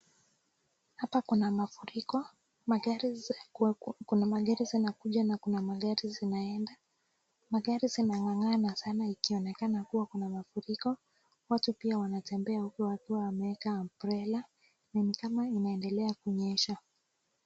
Hapa kuna mafuriko ,kuna magari zinakuja na kuna magari zinaenda . Magari zinangangana sana ikionekana kuwa kuna mafuriko. Watu pia wanatembea huku wakiwa wameeka umbrella na ni kama inaendelea kunyesha.